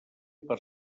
per